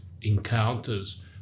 encounters